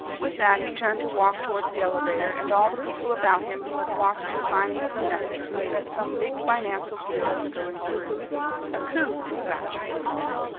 with that he turned to walk towards the elevator, and all the people about him who had watched the signing of the message knew that some big financial deal was going through a coup, in fact, they called it.